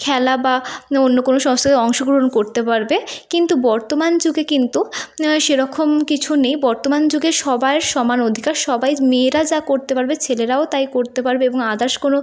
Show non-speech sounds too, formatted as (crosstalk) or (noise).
খেলা বা (unintelligible) অন্য কোনো সংস্থাতে অংশগ্রহণ করতে পারবে কিন্তু বর্তমান যুগে কিন্তু সেরকম কিছু নেই বর্তমান যুগে সবাইয়ের সমান অধিকার সবাই মেয়েরা যা করতে পারবে ছেলেরাও তাই করতে পারবে এবং আদার্স কোনো